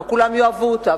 לא כולם יאהבו אותה,